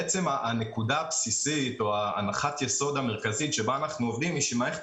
הנקודה הבסיסית או הנחת היסוד המרכזית שבה אנחנו עובדים היא שמערכת